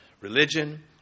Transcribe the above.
religion